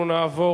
תעבור